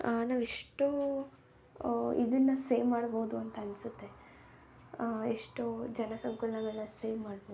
ನಾವು ಎಷ್ಟೋ ಇದನ್ನು ಸೇವ್ ಮಾಡ್ಬೋದು ಅಂತ ಅನಿಸುತ್ತೆ ಎಷ್ಟೋ ಜನ ಸಂಕುಲಗಳ್ನ ಸೇವ್ ಮಾಡ್ಬೋದು